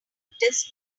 does